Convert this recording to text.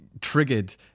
triggered